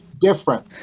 different